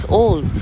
old